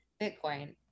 Bitcoin